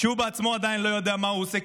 שהוא בעצמו עדיין לא יודע מה הוא עושה,